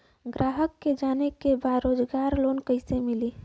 ग्राहक के जाने के बा रोजगार लोन कईसे मिली?